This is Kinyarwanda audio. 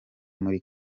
muri